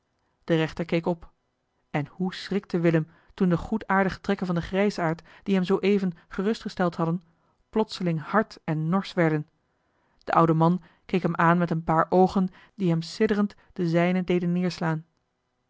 de rechter keek op en hoe schrikte willem toen de goedaardige trekken van den grijsaard die hem zooeven gerust gesteld hadden plotseling hard en norsch werden de oude man keek hem aan met een paar oogen die hem sidderend de zijne deden neerslaan